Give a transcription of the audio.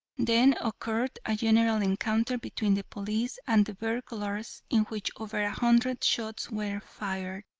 then occurred a general encounter between the police and the burglars in which over a hundred shots were fired,